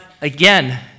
again